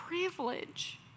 privilege